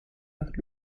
nach